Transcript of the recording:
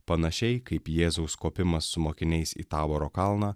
panašiai kaip jėzaus kopimas su mokiniais į taboro kalną